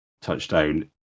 touchdown